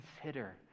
consider